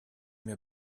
mir